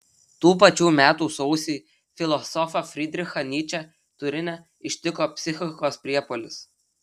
tų pačių metų sausį filosofą frydrichą nyčę turine ištiko psichikos priepuolis